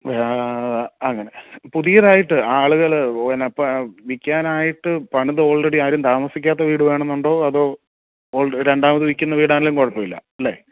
അങ്ങനെ പുതിയതായിട്ട് ആളുകൾ പിന്നെ വിൽക്കാനായിട്ട് പ് പണിത് ഓൾറെഡി ആരും താമസിക്കാത്ത വീടുവേണം എന്നുണ്ടോ അതോ ഓൾറെഡി രണ്ടാമത് വിൽക്കുന്ന വീടാണെങ്കിലും കുഴപ്പമില്ല അല്ലേ